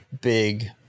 big